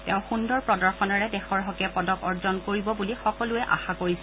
তেওঁ সূন্দৰ প্ৰদৰ্শনেৰে দেশৰ হকে পদক অৰ্জন কৰিব বুলি সকলোৱে আশা কৰিছে